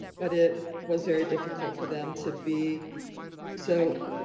but it was very difficult for them to be so